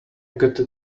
gotta